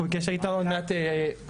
אנחנו בקשר איתו ועוד מעט אוהד,